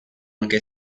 anche